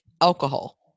alcohol